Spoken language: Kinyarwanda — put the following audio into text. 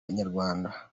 nyarwanda